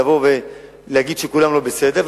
לבוא ולהגיד שכולם לא בסדר,